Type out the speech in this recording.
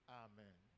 amen